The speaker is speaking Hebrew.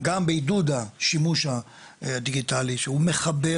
גם בעידוד השימוש הדיגיטלי שהוא מחבר